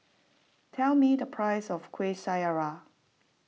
tell me the price of Kuih Syara